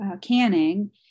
canning